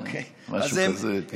כן, משהו כזה.